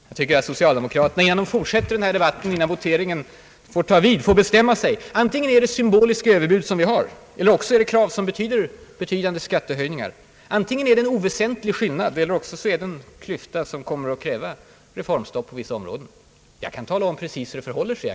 Jag tycker att socialdemokraterna, när vi nu fortsätter debatten, får bestämma sig. Antingen är det symboliska överbud som vi har fört fram — eller också är det krav som innebär betydande skattehöjningar. Antingen är det en oväsentlig skillnad — eller också är det en klyfta som kommer att kräva reformstopp på vissa områden. Jag kan ge svaret och tala om precis hur det förhåller sig.